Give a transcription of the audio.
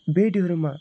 बे धोरोमा